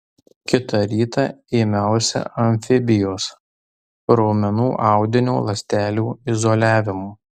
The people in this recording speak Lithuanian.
kitą rytą ėmiausi amfibijos raumenų audinio ląstelių izoliavimo